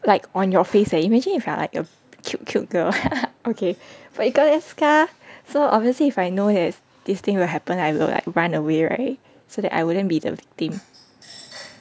like on your face leh imagine if you are like a cute cute girl okay but you got a scar so obviously if I know this this thing will happen I will like run away right so that I wouldn't be the victim